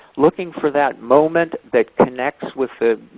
looking for that moment that connects with the